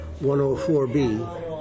104B